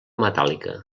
metàl·lica